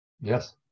Yes